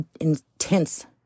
intense